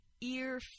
ear